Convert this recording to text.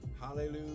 hallelujah